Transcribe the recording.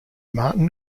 martin